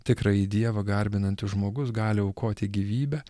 tikrąjį dievą garbinantis žmogus gali aukoti gyvybę